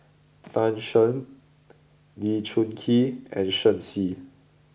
Tan Shen Lee Choon Kee and Shen Xi